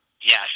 Yes